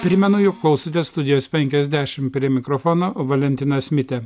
primenu jog klausotės studijos penkiasdešim prie mikrofono valentinas mitė